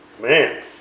Man